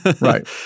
Right